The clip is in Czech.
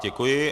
Děkuji.